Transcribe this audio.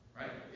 right